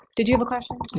did you have a question?